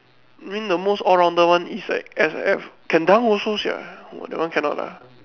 mean the most all rounder one is like S_F can dunk also sia !wah! that one cannot ah